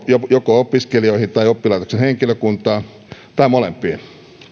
joko opiskelijoihin tai oppilaitoksen henkilökuntaan tai molempiin